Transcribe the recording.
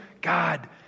God